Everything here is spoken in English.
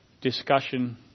discussion